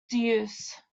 deuce